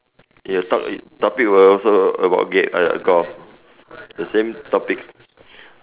you talk topic will also about gate uh golf the same topics